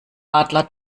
adler